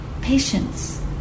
Patience